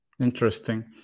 Interesting